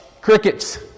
Crickets